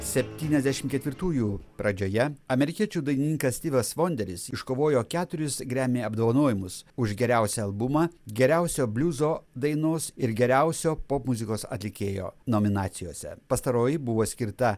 septyniasdešimt ketvirtųjų pradžioje amerikiečių dainininkas stivas vonderis iškovojo keturis grammy apdovanojimus už geriausią albumą geriausio bliuzo dainos ir geriausio popmuzikos atlikėjo nominacijose pastaroji buvo skirta